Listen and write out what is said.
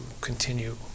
continue